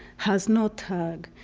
has no tag,